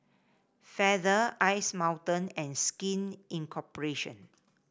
Feather Ice Mountain and Skin Incorporation